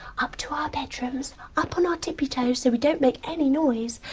up to our bedrooms, up on our tippy toes so we don't make any noise,